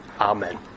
Amen